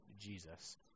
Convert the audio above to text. Jesus